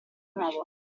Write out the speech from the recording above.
nuovo